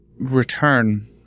return